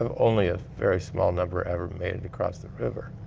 um only a very small number ever made it across the river.